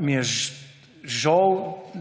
Mi je žal,